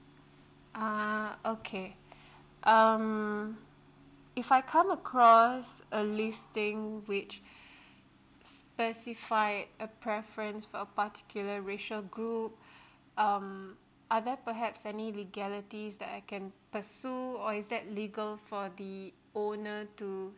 ah okay um if I come across a listing which specified a preference for a particular racial group um are there perhaps any legalities that I can pursue or is that legal for the owner to